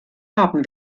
haben